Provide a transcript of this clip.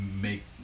make